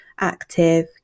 active